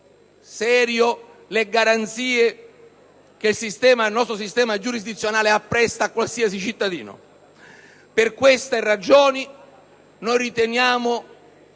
serio le garanzie che il nostro sistema giurisdizionale appresta per qualsiasi cittadino. Per queste ragioni, noi riteniamo